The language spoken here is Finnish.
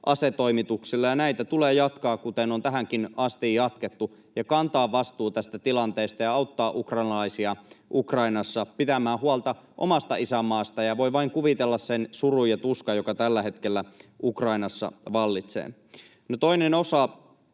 asetoimituksilla, ja näitä tulee jatkaa, kuten on tähänkin asti jatkettu, ja kantaa vastuu tästä tilanteesta ja auttaa ukrainalaisia Ukrainassa pitämään huolta omasta isänmaastaan. Voin vain kuvitella sen surun ja tuskan, joka tällä hetkellä Ukrainassa vallitsee. No, toinen osa